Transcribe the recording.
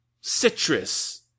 citrus